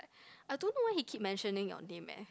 I don't know why he keep mentioning your name eh